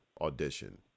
audition